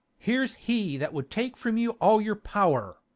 here's he that would take from you all your power.